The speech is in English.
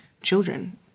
children